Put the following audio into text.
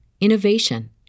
innovation